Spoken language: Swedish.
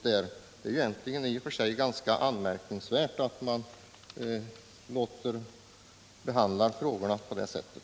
Det är i och för sig ganska anmärkningsvärt att man behandlar frågorna på det sättet.